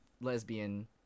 lesbian